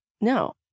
no